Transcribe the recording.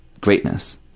greatness